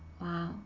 Wow